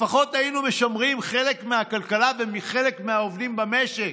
לפחות היינו משמרים חלק מהכלכלה וחלק מהעובדים במשק,